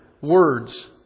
words